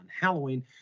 Halloween